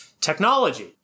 technology